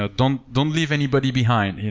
ah don't don't leave anybody behind. yeah